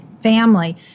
family